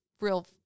real